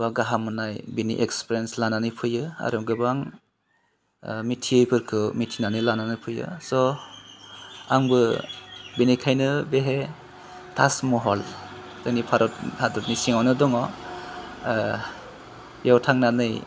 बा गाहाम मोनाय बिनि एक्सपिरियेन्स लानानै फैयो आरो गोबां मिथियैफोरखो मिथिनानै लानानै फैयो स' आंबो बिनिखायनो बेहाय ताजमह'ल जोंनि भारत हादरनि सिङावनो दङ बेयाव थांनानै